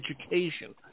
education